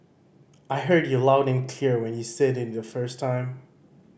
I heard you loud and clear when you said it the first time